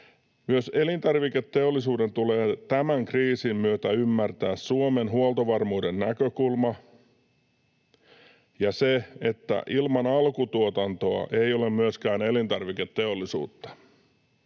Myös elintarviketeollisuuden tulee tämän kriisin myötä ymmärtää Suomen huoltovarmuuden näkökulma ja se, että ilman alkutuotantoa ei ole myöskään elintarviketeollisuutta.